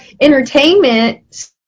entertainment